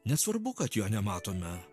nesvarbu kad jo nematome